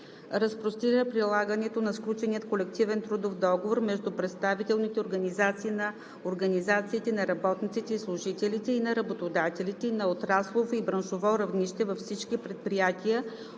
разпростира прилагането на сключения колективен трудов договор между представителните организации на организациите на работниците и служителите и на работодателите на отраслово и браншово равнище във всички предприятия